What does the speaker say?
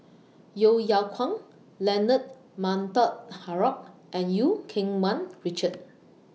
Yeo Yeow Kwang Leonard Montague Harrod and EU Keng Mun Richard